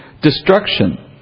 destruction